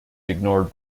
ignored